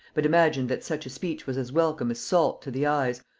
but imagined that such a speech was as welcome as salt to the eyes,